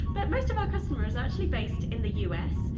but most of our customers actually based in the us,